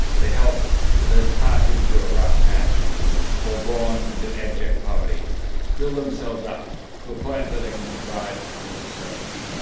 they help those passing through a rough patch or born into abject poverty build themselves up to a point where they can provide for themselves.